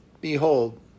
Behold